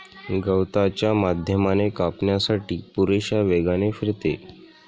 गवताच्या माध्यमाने कापण्यासाठी पुरेशा वेगाने फिरते